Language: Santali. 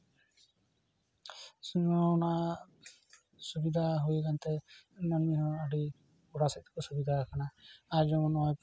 ᱥᱮ ᱚᱱᱟ ᱥᱩᱵᱤᱫᱷᱟ ᱦᱩᱭᱟᱠᱟᱱ ᱛᱮ ᱚᱱᱟ ᱱᱤᱭᱮ ᱦᱚᱸ ᱟᱹᱰᱤ ᱴᱚᱞᱟ ᱥᱮᱫ ᱠᱚ ᱥᱩᱵᱤᱫᱷᱟ ᱠᱟᱱᱟ ᱟᱨ ᱡᱮᱢᱚᱱ ᱱᱚᱜᱼᱚᱭ